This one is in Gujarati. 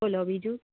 બોલો બીજુ